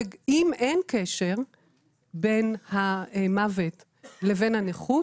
ואם אין קשר בין המוות לבין הנכות